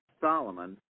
Solomon